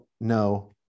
no